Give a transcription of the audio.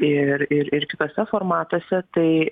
ir ir ir kituose formatuose tai